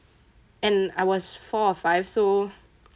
and I was four or five so